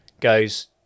Goes